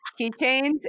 keychains